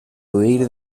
huir